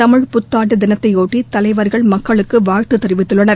தமிழ்ப் புத்தாண்டு தினத்தையொட்டி தலைவர்கள் மக்களுக்கு வாழ்த்து தெரிவித்துள்ளனர்